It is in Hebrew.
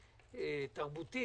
תרבותית,